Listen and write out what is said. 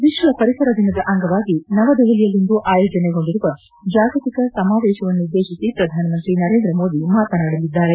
head ವಿಶ್ವಪರಿಸರ ದಿನದ ಅಂಗವಾಗಿ ನವದೆಹಲಿಯಲ್ಲಿಂದು ಆಯೋಜನೆಗೊಂಡಿರುವ ಸಮಾವೇಶವನ್ನುದ್ದೇಶಿಸಿ ಪ್ರಧಾನಮಂತ್ರಿ ನರೇಂದ್ರ ಮೋದಿ ಮಾತನಾಡಲಿದ್ದಾರೆ